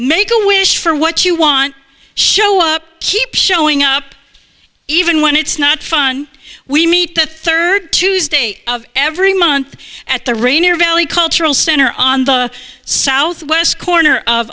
make a wish for what you want show up keep showing up even when it's not fun we meet the third tuesday of every month at the rainier valley cultural center on the southwest corner of